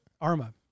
Arma